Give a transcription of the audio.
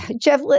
Jeff